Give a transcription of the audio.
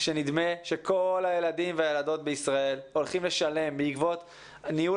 שנדמה שכל הילדים והילדות בישראל הולכים לשלם בעקבות ניהול